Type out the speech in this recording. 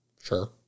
Sure